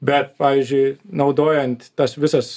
bet pavyzdžiui naudojant tas visas